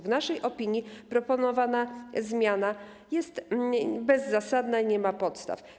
W naszej opinii proponowana zmiana jest bezzasadna i nie ma podstaw.